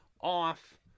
off